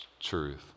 truth